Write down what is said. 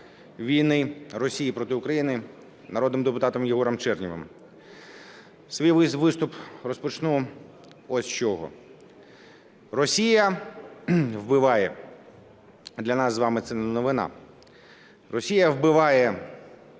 війни Росії проти України народним депутатом Єгором Чернєвим. Свій виступ розпочну ось з чого. Росія вбиває, для нас з вами це не новина. Росія вбиває